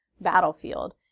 battlefield